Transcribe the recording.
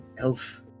Elf